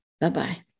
bye-bye